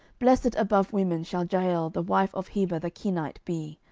blessed above women shall jael the wife of heber the kenite be,